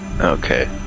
Okay